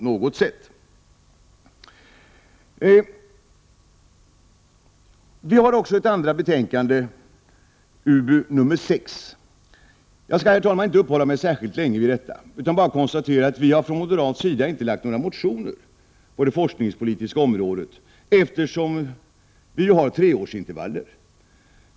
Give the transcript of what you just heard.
Jag skall, herr talman, inte uppehålla mig särskilt mycket vid utbildningsutskottets betänkande nr 6, utan bara konstatera att vi från moderat håll inte väckt några motioner på det forskningspolitiska området, eftersom man där tillämpar treårsintervaller.